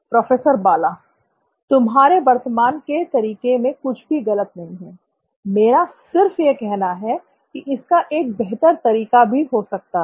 professor Bala तुम्हारे वर्तमान तरीके में कुछ भी गलत नहीं है मेरा सिर्फ यह कहना है कि इसका एक बेहतर तरीका भी हो सकता है